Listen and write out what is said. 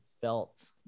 felt